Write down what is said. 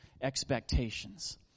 expectations